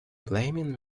blaming